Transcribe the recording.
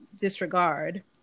disregard